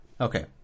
Okay